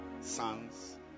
sons